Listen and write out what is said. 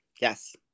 Yes